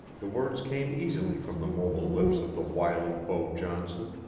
the words came easily from the mobile lips of the wily beau johnson.